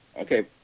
okay